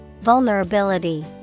Vulnerability